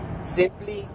simply